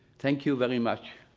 thank you very much,